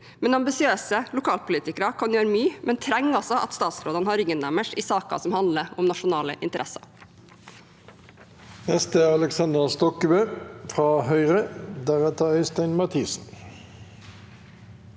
Ambisiøse lokalpolitikere kan gjøre mye, men trenger å ha statsrådene i ryggen i saker som handler om nasjonale interesser.